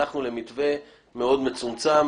אבל הלכנו לכיוון של מה לא.